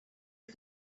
you